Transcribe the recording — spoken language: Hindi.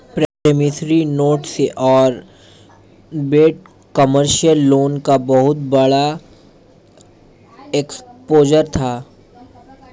प्रॉमिसरी नोट्स और बैड कमर्शियल लोन का बहुत बड़ा एक्सपोजर था